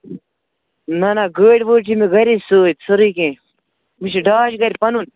نہَ نہَ گٲڑۍ وٲڑۍ چھِ مےٚ گَرے سۭتۍ سٲرٕے کیٚنٛہہ مےٚ چھِ ڈاج گَرِ پَنُن